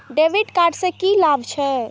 डेविट कार्ड से की लाभ छै?